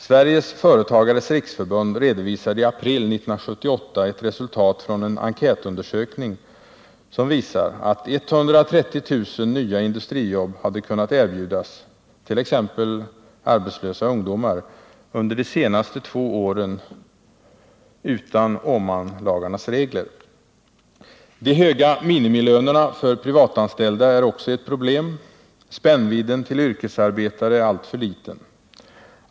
Sveriges Företagares riksförbund redovisade i april 1978 ett resultat från en enkätundersökning som visar att 130 000 nya industrijobb hade kunnat erbjudas —t.ex. arbetslösa ungdomar — under de senaste två åren utan Åmanlagarnas regler. De höga minimilönerna för privatanställda är också ett problem. Spänn vidden till yrkesarbetare är alltför liten.